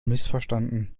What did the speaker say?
missverstanden